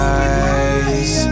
eyes